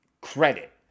credit